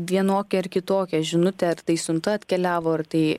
vienokią ar kitokią žinutę ar tai siunta atkeliavo ar tai